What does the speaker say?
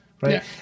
right